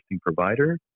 provider